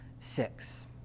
six